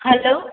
hello